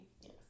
Yes